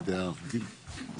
בשני החוקים?